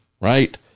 right